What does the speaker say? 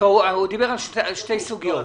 הוא דיבר על שתי סוגיות.